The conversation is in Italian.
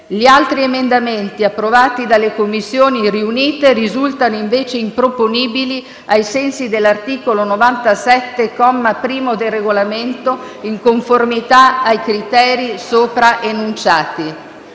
Gli altri emendamenti approvati dalle Commissioni riunite risultano invece improponibili ai sensi dell'articolo 97, comma 1, del Regolamento, in conformità ai criteri sopra enunciati.